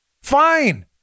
fine